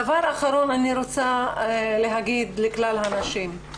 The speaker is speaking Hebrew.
דבר אחרון אני רוצה להגיד לכלל הנשים,